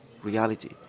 reality